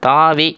தாவி